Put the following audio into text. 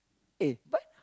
eh but